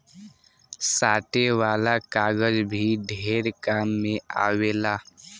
साटे वाला कागज भी ढेर काम मे आवेला